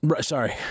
Sorry